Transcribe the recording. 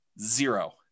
Zero